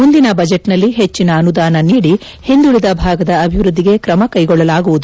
ಮುಂದಿನ ಬಜೆಟ್ನಲ್ಲಿ ಹೆಚ್ಚಿನ ಅನುದಾನ ನೀಡಿ ಹಿಂದುಳಿದ ಭಾಗದ ಅಭಿವೃದ್ದಿಗೆ ಕ್ರಮ ಕೈಗೊಳ್ಳಲಾಗುವುದು